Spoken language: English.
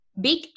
big